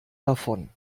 davon